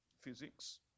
physics